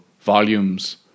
volumes